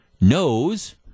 knows